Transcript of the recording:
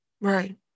Right